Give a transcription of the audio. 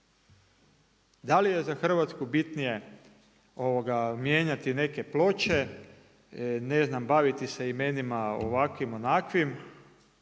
Da li je za Hrvatsku bitnije mijenjati neke ploče, ne znam baviti se imenima ovakvim, onakvim